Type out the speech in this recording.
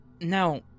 Now